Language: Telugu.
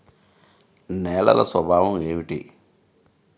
నేలల స్వభావం ఏమిటీ?